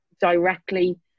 directly